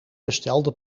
bestelde